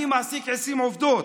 אני מעסיק 20 עובדות,